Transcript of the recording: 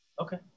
Okay